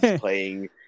playing